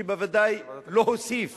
שבוודאי לא הוסיף